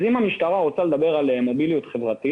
אז אם המשטרה רוצה לדבר על מוביליות חברתית